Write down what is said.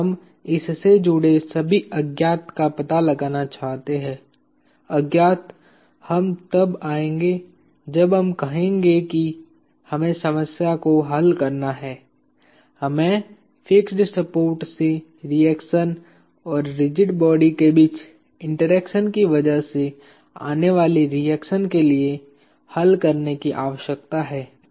हम इससे जुड़े सभी अज्ञात का पता लगाना चाहते हैं अज्ञात हम तब आएंगे जब हम कहेंगे कि हमें समस्या को हल करना है हमें फिक्स्ड सपोर्ट से रिएक्शन और रिजिड बॉडी के बीच में इंटरेक्शन की वजह से आने वाली रिएक्शन के लिए हल करने की आवश्यकता है